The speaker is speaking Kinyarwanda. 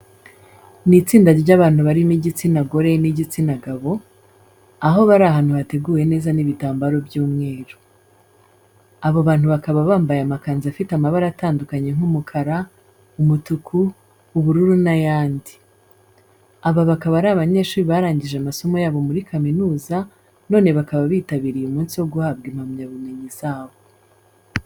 Ni itsinda ry'abantu barimo igitsina gore n'igitsina gabo, aho bari ahantu hateguwe neza n'ibitambaro by'umweru. Abo bantu bakaba bambaye amakanzu afite amabara atandukanye nk'umukara, umutuku, ubururu n'ayandi. Aba bakaba ari abanyeshuri barangije amasomo yabo muri kaminuza none bakaba bitabiriye umunsi wo guhabwa impamyabumenyi zabo.